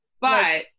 But-